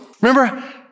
Remember